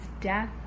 death